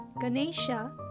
Ganesha